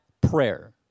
prayer